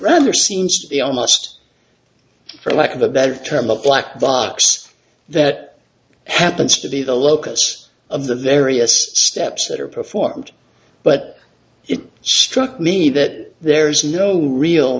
rather since they are most for lack of a better term the black box that happens to be the locus of the various steps that are performed but it struck me that there is no real